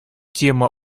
тема